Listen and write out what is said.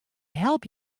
help